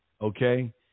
okay